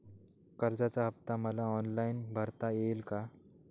कर्जाचा हफ्ता मला ऑनलाईन भरता येईल का?